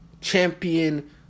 champion